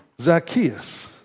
Zacchaeus